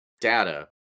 data